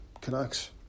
Canucks